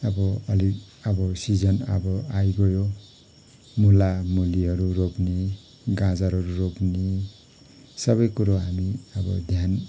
अब अलिक अब सिजन अब आइगयो मुलामुलीहरू रोप्ने अनि गाजरहरू रोप्ने सबैकुरो हामी अब ध्यान